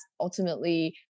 ultimately